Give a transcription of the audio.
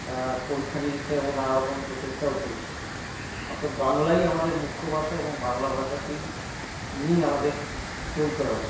পরীক্ষা নিরীক্ষা এবং নানারকম প্রচেষ্টাও চলছে অর্থাৎ বাংলাই আমাদের মুখ্য ভাষা এবং বাংলা ভাষাকেই নিয়েই আমাদের চলতে হবে